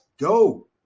go